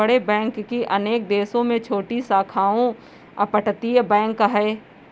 बड़े बैंक की अनेक देशों में छोटी शाखाओं अपतटीय बैंक है